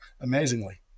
Amazingly